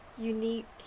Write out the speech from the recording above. unique